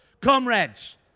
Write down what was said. Comrades